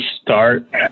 start